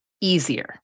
easier